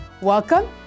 Welcome